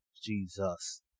Jesus